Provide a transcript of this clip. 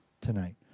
tonight